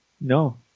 No